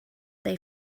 they